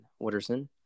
Wooderson